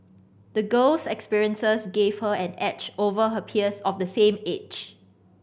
the girl's experiences gave her an edge over her peers of the same age